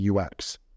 ux